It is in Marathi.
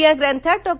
या ग्रंथात डॉ